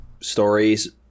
stories